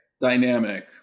Dynamic